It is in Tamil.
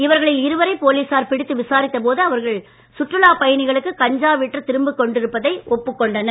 இவர்களில் இருவரை போலீசார் பிடித்து விசாரித்த போது இவர்கள் சுற்றுலாப் பயணிகளுக்கு கஞ்சா விற்று திரும்பி கொண்டிருப்பதை ஒப்புக் கொண்டனர்